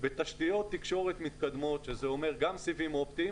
בתשתיות תקשורת מתקדמות שזה אומר גם סיבים אופטיים,